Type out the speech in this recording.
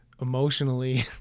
emotionally